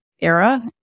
era